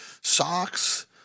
socks